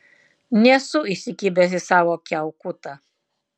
nesu įsikibęs į savo kiaukutą